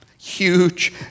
huge